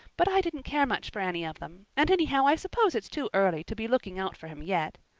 but i didn't care much for any of them, and anyhow i suppose it's too early to be looking out for him yet.